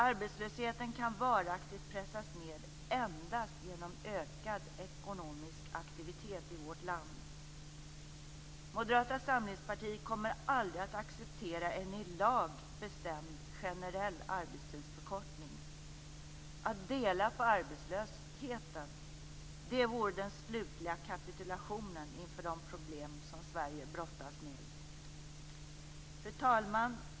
Arbetslösheten kan varaktigt pressas ned endast genom ökad ekonomisk aktivitet i vårt land. Moderata samlingspartiet kommer aldrig att acceptera en i lag bestämd generell arbetstidsförkortning. Att dela på arbetslösheten - det vore den slutliga kapitulationen inför de problem som Sverige brottas med. Fru talman!